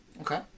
Okay